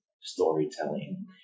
storytelling